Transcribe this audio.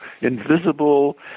Invisible